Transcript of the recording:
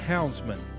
Houndsman